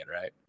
right